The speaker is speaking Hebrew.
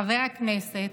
חבר הכנסת,